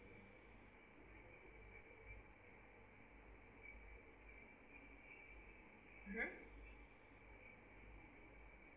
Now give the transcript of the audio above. mmhmm